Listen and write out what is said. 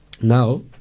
now